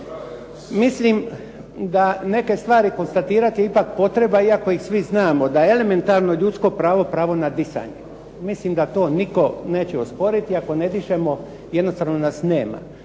Mislim da neke stvari konstatirati je ipak potreba iako ih svi znamo da je elementarno ljudsko pravo pravo na disanje. Mislim da to nitko neće osporiti. Ako ne dišemo jednostavno nas nema.